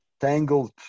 tangled